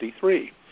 1963